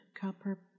copper